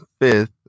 fifth